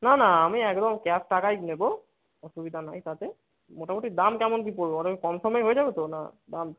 না না আমি একদম ক্যাশ টাকাই নেবো অসুবিধা নাই তাতে মোটামুটি দাম কেমন কী পড়বে ওটা কি কম সমে হয়ে যাবে তো না দাম